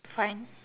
fine